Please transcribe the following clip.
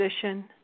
position